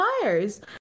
tires